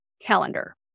Calendar